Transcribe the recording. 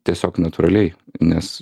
tiesiog natūraliai nes